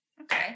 Okay